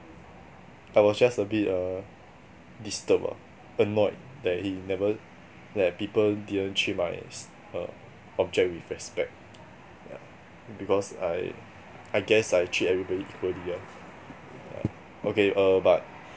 I was just a bit uh disturbed ah annoyed that he never that people didn't treat my s~ uh object with respect yeah because I I guess I treat everybody equally ah ya okay err but